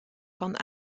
van